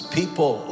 people